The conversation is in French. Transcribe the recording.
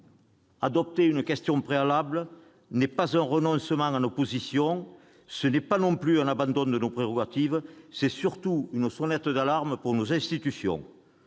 à opposer la question préalable n'est pas renoncer à nos positions ; ce n'est pas non plus abandonner nos prérogatives : c'est surtout tirer une sonnette d'alarme pour nos institutions.